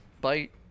Bite